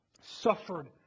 suffered